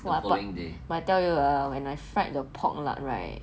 !wah! but I tell you ah when I fried the pork lard right